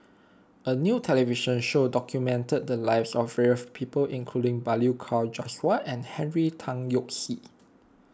a new television show documented the lives of various people including Balli Kaur Jaswal and Henry Tan Yoke See